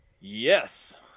Yes